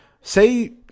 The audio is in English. Say